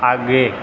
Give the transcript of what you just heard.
आगे